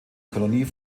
kolonie